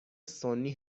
سنی